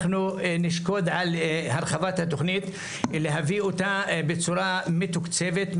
אנחנו נשקוד על הרחבת התוכנית להביא אותה בצורה מתוקצבת,